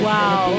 Wow